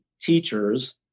teachers